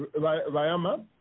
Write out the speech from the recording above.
Rayama